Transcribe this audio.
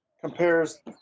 compares